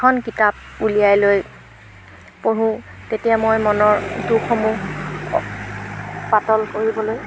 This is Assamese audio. এখন কিতাপ উলিয়াই লৈ পঢ়োঁ তেতিয়া মই মনৰ দুখসমূহ পাতল কৰিবলৈ